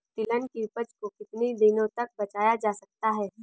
तिलहन की उपज को कितनी दिनों तक बचाया जा सकता है?